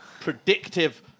predictive